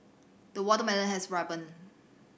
the watermelon has ripened